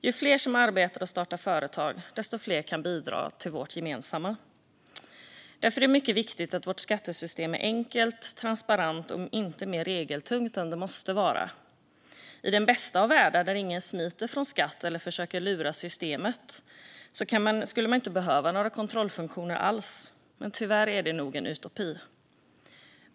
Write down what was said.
Ju fler som arbetar och startar företag, desto fler kan bidra till vårt gemensamma. Därför är det mycket viktigt att vårt skattesystem är enkelt och transparent och inte mer regeltungt än det måste vara. I den bästa av världar, där ingen smiter från skatt eller försöker lura systemet, skulle man inte behöva några kontrollfunktioner alls. Men tyvärr är det nog en utopi.